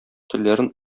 телләрен